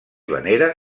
venera